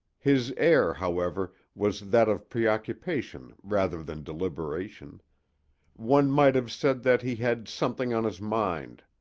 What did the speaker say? his air, however, was that of preoccupation rather than deliberation one might have said that he had something on his mind.